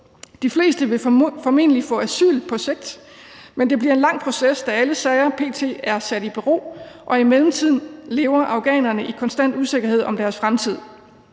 De fleste vil formentlig få asyl på sigt, men det bliver en lang proces, da alle sager p.t. er sat i bero, og i mellemtiden lever afghanerne i konstant usikkerhed om deres fremtid.